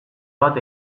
bat